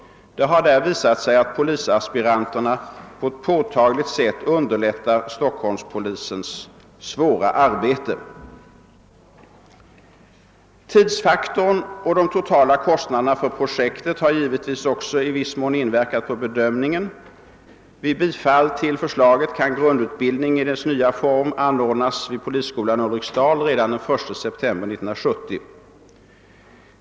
Det har därför visat sig att polisaspiranterna på ett påtagligt sätt underlättat Stockholmspolisens svåra arbete. Tidsfaktorn och de totala kostnaderna för projektet har givetvis också i viss mån inverkat på bedömningen. Vid bifall till förslaget kan grundutbildningi dess nya form anordnas vid polisskolan Ulriksdal redan den 1 september 1970.